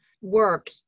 work